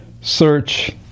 search